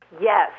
Yes